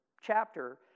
chapter